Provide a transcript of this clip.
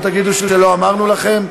שלא תגידו שלא אמרנו לכם.